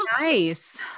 Nice